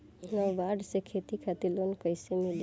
नाबार्ड से खेती खातिर लोन कइसे मिली?